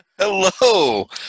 Hello